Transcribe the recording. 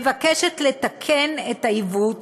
מבקשת לתקן את העיוות